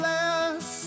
Less